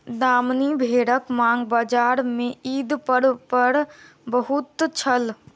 दामनी भेड़क मांग बजार में ईद पर्व पर बहुत छल